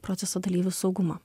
proceso dalyvių saugumą